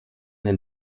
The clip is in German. den